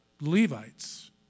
Levites